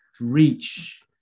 reach